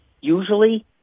Usually